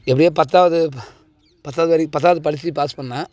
எப்படியோ பத்தாவது ப பத்தாவது வரையும் பத்தாவது படித்து பாஸ் பண்ணேன்